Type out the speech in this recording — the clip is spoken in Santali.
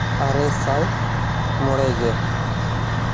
ᱟᱨᱮ ᱥᱟᱭ ᱢᱚᱬᱮ ᱜᱮ